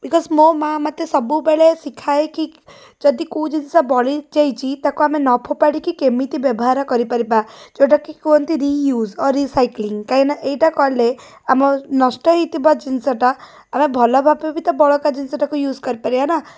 because ମୋ ମା' ମୋତେ ସବୁବେଳେ ଶିଖାଏ କି ଯଦି କେଉଁ ଜିନିଷ ବଳିଯାଇଛି ତାକୁ ଆମେ ନ ଫୋପାଡ଼ିକି କେମିତି ବ୍ୟବହାର କରିପାରିବା ଯେଉଁଟାକି କୁହନ୍ତି ରିୟୁଜ୍ ଓ ରିସାଇକିଲିଙ୍ଗ କାହିଁକିନା ଏଇଟା କଲେ ଆମ ନଷ୍ଟ ହେଇଥିବା ଜିନିଷଟା ଆମେ ଭଲଭାବରେ ବି ତ ବଳକା ଜିନିଷଟାକୁ ୟୁଜ୍ କରିପାରିବାନା